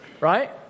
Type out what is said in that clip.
Right